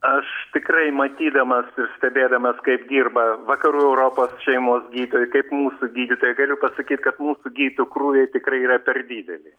aš tikrai matydamas ir stebėdamas kaip dirba vakarų europos šeimos gydytojai kaip mūsų gydytojai galiu pasakyt kad mūsų gydytojų krūviai tikrai yra per dideli